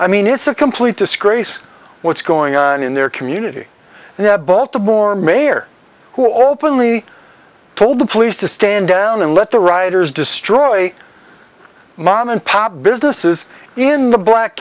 i mean it's a complete disgrace what's going on in their community and the baltimore mayor who openly told the police to stand down and let the rioters destroy mom and pop businesses in the black